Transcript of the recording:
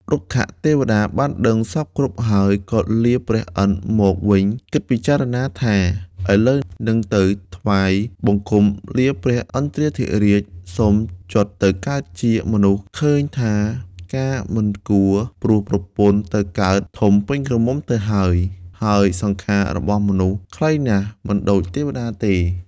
រុក្ខទេវតាបានដឹងសព្វគ្រប់ហើយ ក៏លាព្រះឥន្ធមកវិញគិតពិចារណាថា “ឥឡូវនឹងទៅថ្វាយ បង្គំលាព្រះឥន្ទ្រាធិរាជសុំច្យុតទៅកើតជាមនុស្សឃើញថាការមិនគួរ ព្រោះប្រពន្ធទៅកើតធំពេញក្រមុំទៅហើយ ហើយ សង្ខាររបស់មនុស្សខ្លីណាស់មិនដូចទេវតាទេ ”។